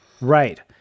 Right